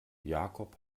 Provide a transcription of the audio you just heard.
jakob